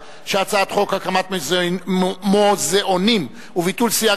ההצעה להעביר את הצעת חוק הקמת מוזיאונים וביטול סייג